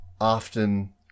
often